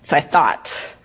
i thought.